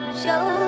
show